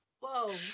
whoa